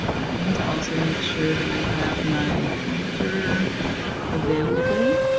i'm going to also make sure that i have my pointer available.